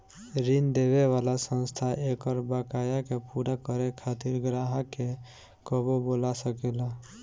ऋण देवे वाला संस्था एकर बकाया के पूरा करे खातिर ग्राहक के कबो बोला सकेला